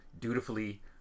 dutifully